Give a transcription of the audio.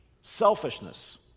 Selfishness